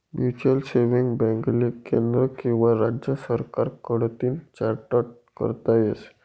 mutual saving बॅकले केंद्र किंवा राज्य सरकार कडतीन चार्टट करता येस